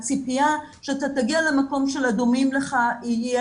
הציפייה שאתה תגיע למקום של הדומים לך ויהיה